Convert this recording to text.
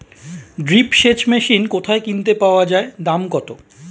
Drip সেচ machine কোথায় কিনতে পাওয়া যায় দাম কত?